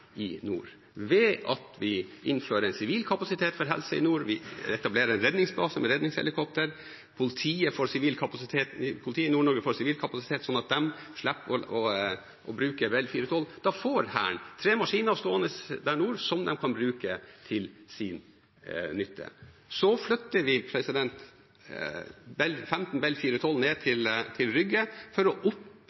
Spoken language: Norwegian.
i nord – ved at vi innfører en sivil kapasitet for Helse Nord. Vi etablerer en redningsbase med redningshelikopter, og politiet i Nord-Norge får sivil kapasitet, slik at de slipper å bruke Bell 412. Da får Hæren tre maskiner stående der nord som de kan bruke til sin nytte. Så flyttet vi 15 Bell 412 ned til Rygge for å trene opp,